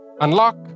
Unlock